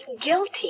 guilty